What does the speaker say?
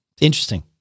Interesting